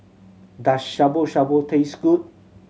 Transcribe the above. does Shabu Shabu taste good